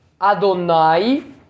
Adonai